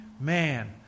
man